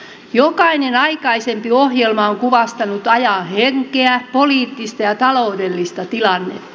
jokainen aikaisempi ohjelma on kuvastanut ajan henkeä poliittista ja taloudellista tilannetta